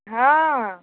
हां